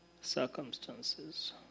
circumstances